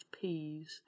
peas